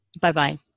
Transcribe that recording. Bye-bye